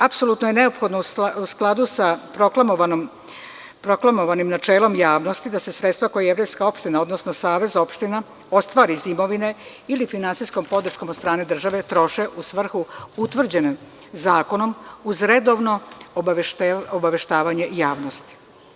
Apsolutno je neophodno u skladu sa proklamovanim načelom javnosti da se sredstva koje jevrejska opština, odnosno savez opština ostvari iz imovine ili finansijskom podrškom od strane države troše u svrhu utvrđeno zakonom uz redovno obaveštavanje javnosti.